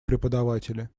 преподаватели